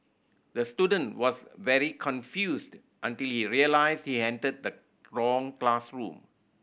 the student was very confused until he realised he entered the wrong classroom